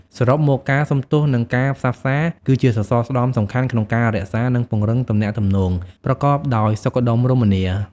សរុបមក ការសុំទោស និងការផ្សះផ្សាគឺជាសសរស្តម្ភសំខាន់ក្នុងការរក្សា និងពង្រឹងទំនាក់ទំនងប្រកបដោយសុខដុមរមនា។